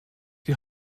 die